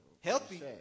healthy